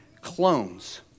clones